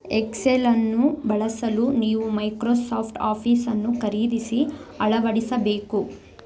ಎಕ್ಸೆಲನ್ನು ಬಳಸಲು ನೀವು ಮೈಕ್ರೋಸಾಫ್ಟ್ ಆಫೀಸನ್ನು ಖರೀದಿಸಿ ಅಳವಡಿಸಬೇಕು